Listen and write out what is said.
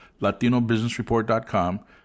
latinobusinessreport.com